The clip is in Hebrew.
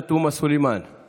אתה שלם עם זה?